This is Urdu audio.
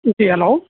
جی ہلو